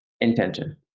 intention